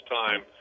time